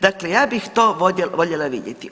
Dakle, ja bih to voljela vidjeti.